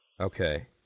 Okay